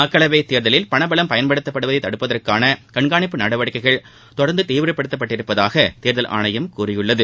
மக்களவைத் தேர்தலில் பணபலம் பயன்படுத்தப்படுவதை தடுப்பதற்கான கண்காணிப்பு நடவடிக்கைகள் தொடர்ந்து தீவிரப்படுத்தப்பட்டுள்ளதாக தேர்தல் ஆணையம் கூறியுள்ளது